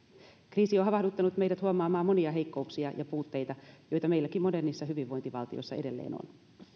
kriisi on havahduttanut meidät huomaamaan monia heikkouksia ja puutteita joita meilläkin modernissa hyvinvointivaltiossa edelleen on